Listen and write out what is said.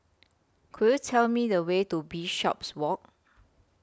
Could YOU Tell Me The Way to Bishopswalk